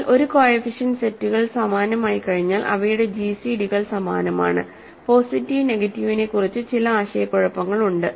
എന്നാൽ ഒരു കോഎഫിഷ്യന്റ് സെറ്റുകൾ സമാനമായിക്കഴിഞ്ഞാൽ അവയുടെ ജിസിഡികൾ സമാനമാണ്പോസിറ്റീവ് നെഗറ്റീവിനെക്കുറിച്ച് ചില ആശയക്കുഴപ്പങ്ങളുണ്ട്